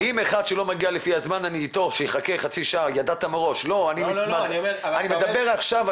אם תרשה לי, אני חייב לצאת, אני מברך אותך על